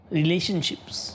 relationships